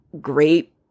great